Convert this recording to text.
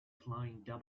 flying